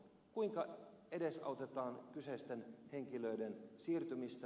kuinka edesautetaan kyseisten henkilöiden siirtymistä